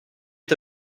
est